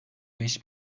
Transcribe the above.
beş